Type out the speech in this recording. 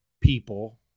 people